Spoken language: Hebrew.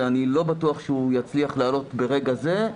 ואני לא בטוח שהוא יצליח לעלות ברגע זה.